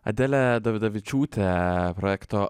adelė dovydavičiūtė projekto